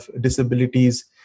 disabilities